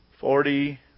Forty